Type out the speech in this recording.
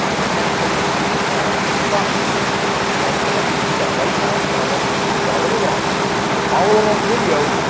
you can access a free account of propstream and i want you to do that right now and then i want you to follow along. this is a follow along video.